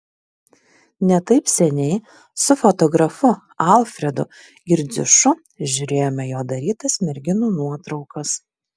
ne taip seniai su fotografu alfredu girdziušu žiūrėjome jo darytas merginų nuotraukas